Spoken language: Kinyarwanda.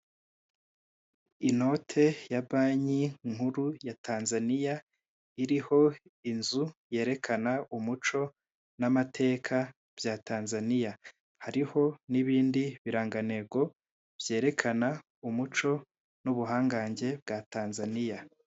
Inote ya banki nkuru ya Tanzaniya, iriho inzu yerekana umuco n'amateka bya Tanzaniya. hariho n'ibindi birangantego byerekana umuco n'ubuhangange bya Tanzaniya.